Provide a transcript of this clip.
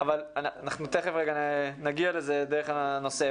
אבל תיכף נגיע לזה דרך הנושא.